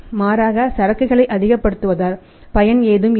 மாறாக சரக்குகளை அதிகப்படுத்துவதால் பயன் ஏதும் இல்லை